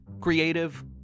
creative